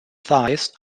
thighs